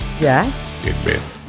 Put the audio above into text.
Yes